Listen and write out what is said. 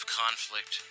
conflict